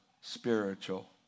spiritual